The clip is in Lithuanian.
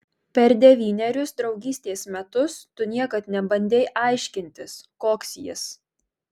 per devynerius draugystės metus tu niekad nebandei aiškintis koks jis